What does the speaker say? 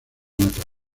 natal